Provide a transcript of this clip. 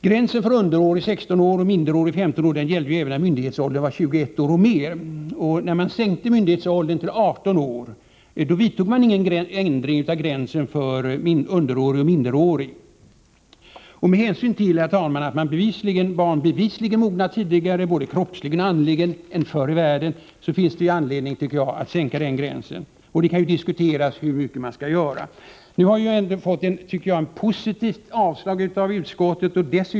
Gränsen för underårig, 16 år, och minderårig, 15 år, gällde även när myndighetsåldern var 21 år och mer, men när man sänkte myndighetsåldern till 18 år gjorde man ingen ändring av gränsen för underårig och minderårig. Med hänsyn till att barn i dag bevisligen mognar tidigare både kroppsligen och andligen än förr i världen finns det, tycker jag, anledning att sänka den gränsen — hur mycket kan diskuteras. Jag har, tycker jag, ändå fått ett positivt avstyrkande av utskottet.